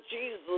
Jesus